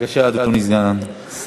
בבקשה, אדוני סגן השר.